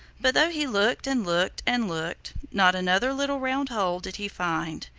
but though he looked and looked and looked, not another little round hole did he find,